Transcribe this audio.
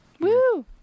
Woo